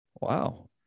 wow